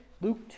Luke